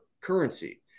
currency